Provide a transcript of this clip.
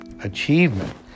achievement